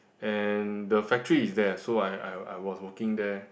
and the factory is there so I I I was working there